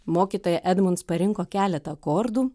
mokytoja edmunds parinko keletą akordų